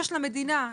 יש למדינה,